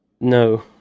no